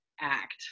act